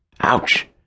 Ouch